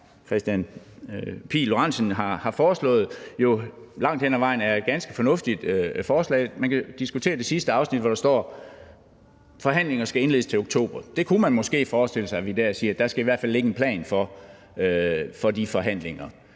Kristian Pihl Lorentzen har foreslået, jo langt hen ad vejen er ganske fornuftig. Man kan diskutere det sidste afsnit, hvor der står, at forhandlingerne skal indledes til oktober. Man kunne måske forestille sig, at vi dér siger, at der i hvert fald skal ligge en plan for de forhandlinger.